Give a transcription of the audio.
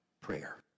prayer